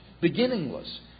beginningless